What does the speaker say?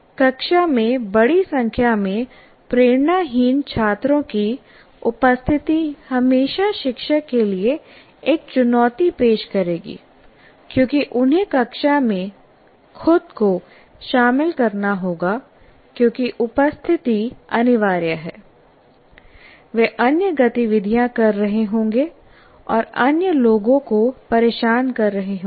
कक्षा में बड़ी संख्या में प्रेरणाहीन छात्रों की उपस्थिति हमेशा शिक्षक के लिए एक चुनौती पेश करेगी क्योंकि उन्हें कक्षा में खुद को शामिल करना होगा क्योंकि उपस्थिति अनिवार्य है वे अन्य गतिविधियाँ कर रहे होंगे और अन्य लोगों को परेशान कर रहे होंगे